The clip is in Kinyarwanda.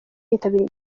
yitabiriye